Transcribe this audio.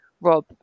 Rob